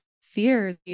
fears